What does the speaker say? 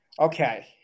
Okay